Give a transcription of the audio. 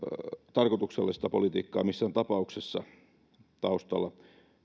tarkoituksellista politiikkaa missään tapauksessa taustalla